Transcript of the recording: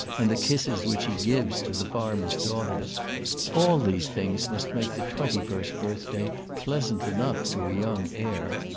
and the kisses which he gives to the farmers' daughters all these things must make the twenty-first birthday pleasant enough to a young heir.